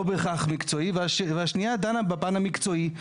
לא בהכרח מקצועי, והשנייה דנה בפן המקצועי.